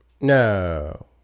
No